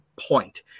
point